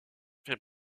fait